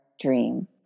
dream